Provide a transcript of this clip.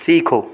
सीखो